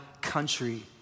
country